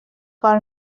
کار